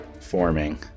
forming